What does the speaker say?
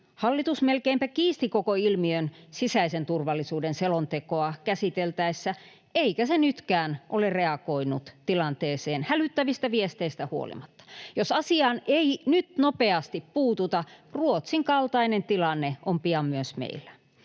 hallitus melkeinpä kiisti koko ilmiön sisäisen turvallisuuden selontekoa käsiteltäessä, eikä se nytkään ole reagoinut tilanteeseen hälyttävistä viesteistä huolimatta. Jos asiaan ei nyt nopeasti puututa, Ruotsin kaltainen tilanne on pian myös meillä.